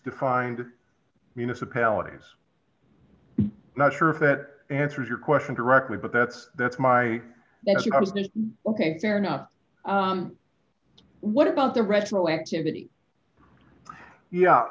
defined municipalities not sure if that answers your question directly but that's that's my ok fair enough what about the rational activity ye